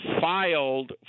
filed